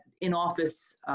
in-office